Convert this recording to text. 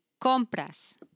Compras